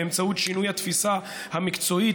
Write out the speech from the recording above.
באמצעות שינוי התפיסה המקצועית,